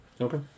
Okay